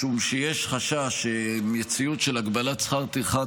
משום שיש חשש שמציאות של הגבלת שכר טרחה